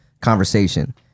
conversation